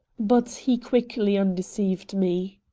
but he quickly undeceived me.